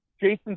Jason